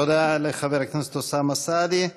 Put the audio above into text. תודה לחבר הכנסת אוסאמה סעדי.